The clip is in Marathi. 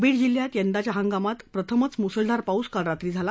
बीड जिल्ह्यात यंदाच्या हंगामात प्रथमच मुसळधार पाऊस काल रात्री झाला